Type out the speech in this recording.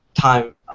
time